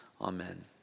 Amen